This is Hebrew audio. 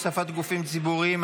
הוספת גופים ציבוריים),